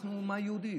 אנחנו אומה יהודית,